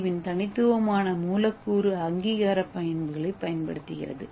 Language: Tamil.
ஏவின் தனித்துவமான மூலக்கூறு அங்கீகார பண்புகளைப் பயன்படுத்துகிறது